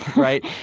right?